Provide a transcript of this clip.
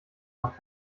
noch